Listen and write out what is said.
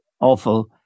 awful